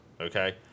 Okay